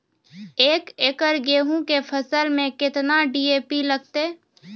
एक एकरऽ गेहूँ के फसल मे केतना डी.ए.पी लगतै?